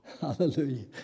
hallelujah